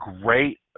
great